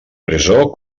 presó